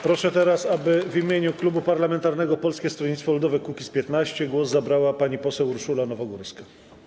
Proszę teraz, aby w imieniu klubu parlamentarnego Polskie Stronnictwo Ludowe - Kukiz15 głos zabrała pani poseł Urszula Nowogórska.